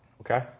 okay